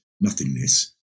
nothingness